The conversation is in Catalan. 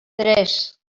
tres